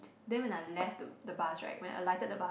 then when I left the the bus right when alighted the bus